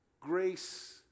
grace